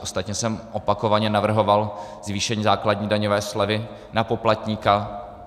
Ostatně jsem opakovaně navrhoval zvýšení základní daňové slevy na poplatníka.